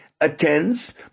attends